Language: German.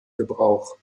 gebrauch